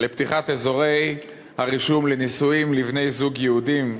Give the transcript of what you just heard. לפתיחת אזורי הרישום לנישואים לבני-זוג יהודים.